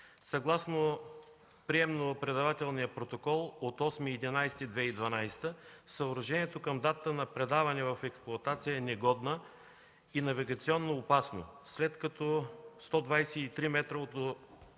Съгласно приемно-предавателния протокол от 8 ноември 2012 г. съоръжението към датата на предаване в експлоатация е негодно и навигационно опасно, след като 123 м от